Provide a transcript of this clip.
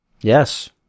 yes